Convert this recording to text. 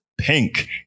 pink